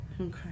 Okay